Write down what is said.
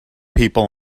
people